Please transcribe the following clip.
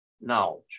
knowledge